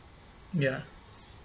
ya